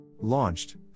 launched